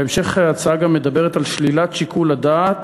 בהמשך ההצעה גם מדברת על שלילת שיקול הדעת